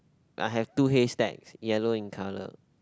I have two haystacks yellow in colour